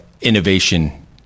innovation